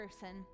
person